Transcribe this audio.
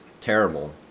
terrible